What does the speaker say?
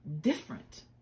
different